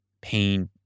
pain